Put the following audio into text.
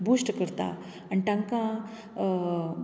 boost करतां आनी तांकां